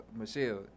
Michelle